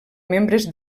membres